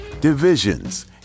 divisions